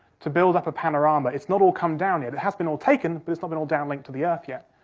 to build up a panorama. it's not all come down yet, it has been all taken, but it's not been all down-linked to the earth yet,